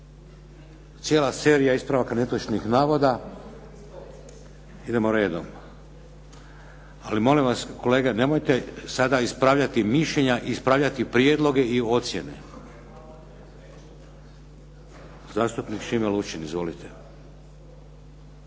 cijela serija ispravaka netočnih navoda. Idemo redom, ali molim vas kolege, nemojte sada ispravljati mišljenja, ispravljati prijedloge i ocjene. Zastupnik Šime Lučin. Izvolite.